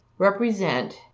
represent